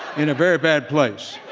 in a very bad place.